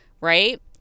right